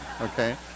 okay